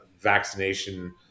vaccination